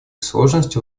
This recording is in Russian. сложности